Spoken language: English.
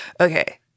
Okay